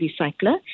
recycler